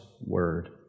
word